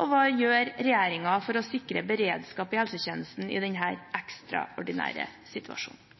og hva gjør regjeringen for å sikre beredskap i helsetjenesten i denne ekstraordinære situasjonen?